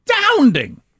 astounding